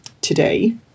today